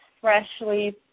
freshly